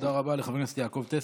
תודה רבה לחבר הכנסת יעקב טסלר.